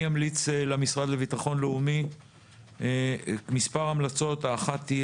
אני אמליץ למשרד לביטחון לאומי מספר המלצות והן: